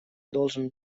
должен